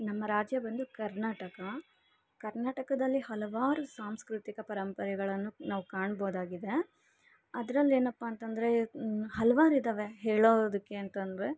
ನಮ್ಮ ರಾಜ್ಯ ಬಂದು ಕರ್ನಾಟಕ ಕರ್ನಾಟಕದಲ್ಲಿ ಹಲವಾರು ಸಾಂಸ್ಕೃತಿಕ ಪರಂಪರೆಗಳನ್ನು ನಾವು ಕಾಣಬೋದಾಗಿದೆ ಅದರಲ್ಲೇನಪ್ಪ ಅಂತಂದ್ರೆ ಹಲವಾರಿದ್ದಾವೆ ಹೇಳೋದಕ್ಕೆ ಅಂತಂದ್ರೆ